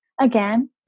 again